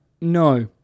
no